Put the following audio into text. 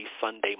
Sunday